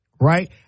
right